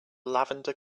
lavender